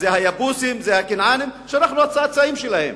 היו היבוסים, הכנענים, שאנחנו הצאצאים שלהם,